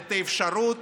את האפשרות